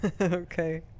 Okay